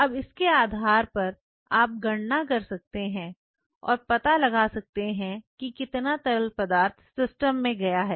अब इसके आधार पर आप गणना कर सकते हैं और पता लगा सकते हैं कि कितना तरल पदार्थ सिस्टम में गया है